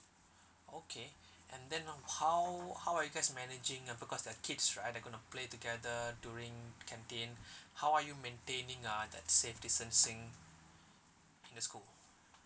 okay and then um how how are you guys managing uh because they're kids right they gonna play together during canteen how are you maintaining ah that safe distancing in the school